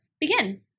begin